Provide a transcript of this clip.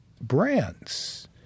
brands